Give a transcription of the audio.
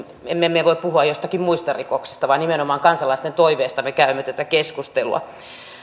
emme me voi puhua joistakin muista rikoksista vaan nimenomaan kansalaisten toiveesta me käymme tätä keskustelua